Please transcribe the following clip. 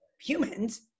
humans